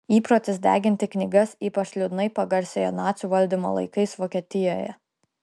įprotis deginti knygas ypač liūdnai pagarsėjo nacių valdymo laikais vokietijoje